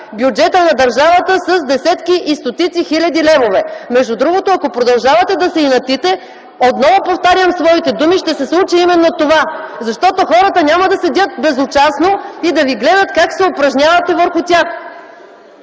бюджета на държавата с десетки и стотици хиляди левове. Между другото, ако продължавате да се инатите отново повтарям своите думи, ще се случи именно това. Защото хората няма да седят безучастно и да ви гледат как се упражнявате върху тях.